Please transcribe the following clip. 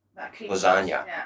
lasagna